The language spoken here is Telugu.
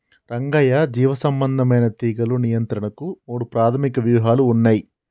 రంగయ్య జీవసంబంధమైన తీగలు నియంత్రణకు మూడు ప్రాధమిక వ్యూహాలు ఉన్నయి